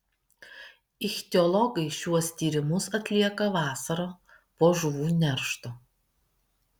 ichtiologai šiuos tyrimus atlieka vasarą po žuvų neršto